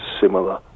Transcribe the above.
similar